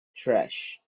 trash